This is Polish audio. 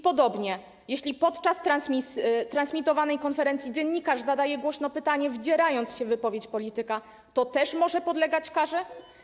Podobnie, jeśli podczas transmitowanej konferencji dziennikarz zadaje głośno pytanie, wdzierając się w wypowiedź polityka, to też może podlegać karze?